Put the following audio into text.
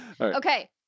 Okay